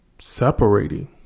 separating